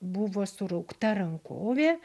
buvo suraukta rankovė